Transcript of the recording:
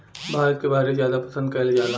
भारत के बहरे जादा पसंद कएल जाला